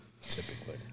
Typically